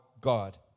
God